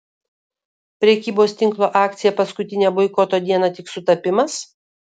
prekybos tinklo akcija paskutinę boikoto dieną tik sutapimas